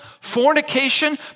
fornication